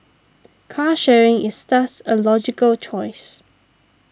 car sharing is thus a logical choice